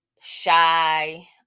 shy